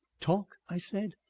talk? i said.